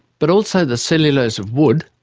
but also the cellulose of wood,